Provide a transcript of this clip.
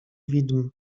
widm